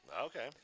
Okay